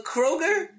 Kroger